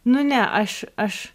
nu ne aš aš